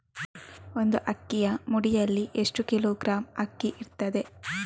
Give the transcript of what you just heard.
ಒಂದು ಅಕ್ಕಿಯ ಮುಡಿಯಲ್ಲಿ ಎಷ್ಟು ಕಿಲೋಗ್ರಾಂ ಅಕ್ಕಿ ಇರ್ತದೆ?